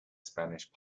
spanish